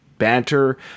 banter